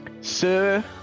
Sir